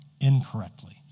incorrectly